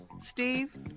Steve